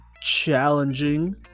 challenging